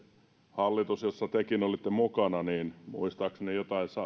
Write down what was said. hallitus jossa tekin olitte mukana puhui jotain sellaista muistaakseni